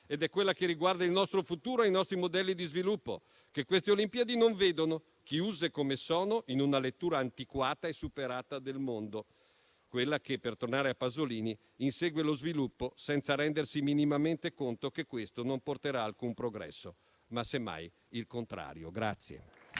essenziale, che riguarda il nostro futuro e i nostri modelli di sviluppo che queste Olimpiadi non vedono, chiuse come sono in una lettura antiquata e superata del mondo, quella che, per tornare a Pasolini, insegue lo sviluppo senza rendersi minimamente conto che questo non porterà alcun progresso, ma semmai il contrario.